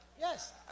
Yes